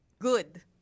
Good